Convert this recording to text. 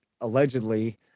allegedly